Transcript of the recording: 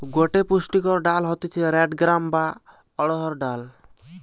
গটে পুষ্টিকর ডাল হতিছে রেড গ্রাম বা অড়হর ডাল